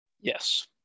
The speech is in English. Yes